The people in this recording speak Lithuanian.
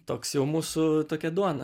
toks jau mūsų tokia duona